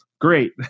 Great